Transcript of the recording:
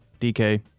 DK